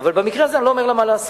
אבל במקרה הזה אני לא אומר לה מה לעשות.